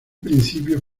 principio